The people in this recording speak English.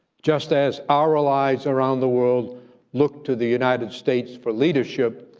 just as our allies around the world look to the united states for leadership,